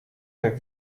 herr